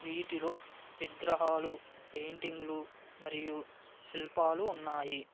వీటిలో విగ్రహాలు పెయింటింగ్లు మరియు శిల్పాలు ఉన్నాయి